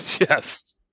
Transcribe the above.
Yes